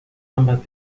ambas